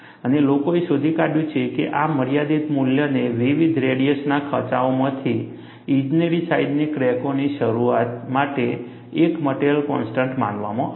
અને લોકોએ શોધી કાઢ્યું છે કે આ મર્યાદિત મૂલ્યને વિવિધ રેડિયસના ખાંચાઓમાંથી ઇજનેરી સાઈજની ક્રેકોની શરૂઆત માટે એક મટીરીયલ કોન્સ્ટન્ટ માનવામાં આવે છે